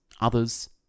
Others